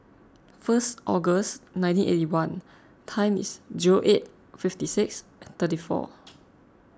first August nineteen eighty one time is zero eight fifty six thirty four